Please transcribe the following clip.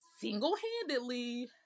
single-handedly